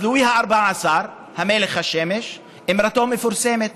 אז לואי ה-14, מלך השמש, אמרתו המפורסמת,